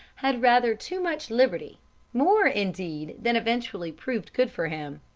had rather too much liberty more, indeed, than eventually proved good for him.